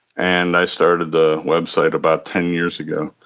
and i started the website about ten years ago.